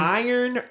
iron